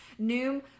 Noom